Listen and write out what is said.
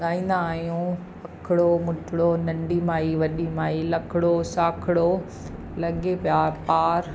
ॻाईंदा आहियूं अखिड़ो मुठिड़ो नंढी माइ वॾी माइ लकिड़ो साखिड़ो लॻे पियार पार